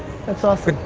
that's awesome.